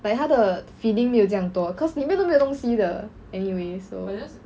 like 它的 filling 没有这样多 cause 里面又没有东西的 anyway so